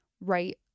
right